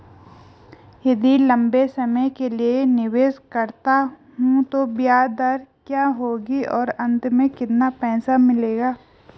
यदि लंबे समय के लिए निवेश करता हूँ तो ब्याज दर क्या होगी और अंत में कितना पैसा मिलेगा?